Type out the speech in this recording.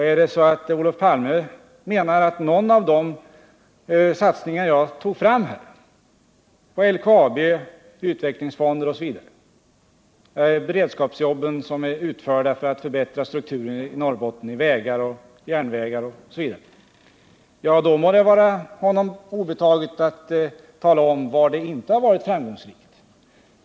— Är det så att Olof Palme syftar på någon av de satsningar jag tog fram - inom LKAB, utvecklingsfonden osv., beredskapsjobben, som utförts för att förbättra strukturen i Norrbotten när det gäller vägar, järnvägar osv. — så må det vara honom obetaget att tala om vad som inte har varit framgångsrikt.